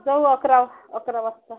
जाऊ अकरा अकरा वाजता